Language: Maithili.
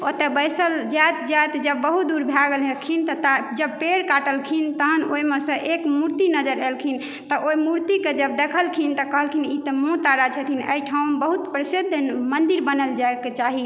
ओतऽ बैसल जाइत जाइत जे बहुत दूर भए गेलखिन तऽ जब पेड़ काटलखिन तहन ओहिमे सऽ एक मूर्ति नजर एलखिन तऽ ओहि मूर्तिके जब देखलखिन तऽ कहलखिन ई तऽ माँ तारा छथिन एहि ठाम बहुत प्रसिद्ध मन्दिर बनल जाइके चाही